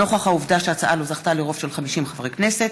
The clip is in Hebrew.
נוכח העובדה שההצעה לא זכתה לרוב של 50 חברי הכנסת,